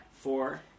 Four